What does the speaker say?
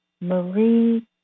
Marie